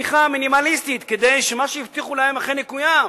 בואו ניתן להם את התמיכה המינימלית כדי שמה שהבטיחו להם אכן יקוים,